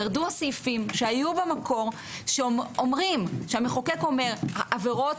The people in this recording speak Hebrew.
ירדו הסעיפים שהיו במקור שהמחוקק אומר: עבירות